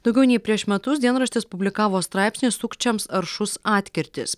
daugiau nei prieš metus dienraštis publikavo straipsnį sukčiams aršus atkirtis